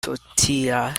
tortillas